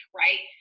right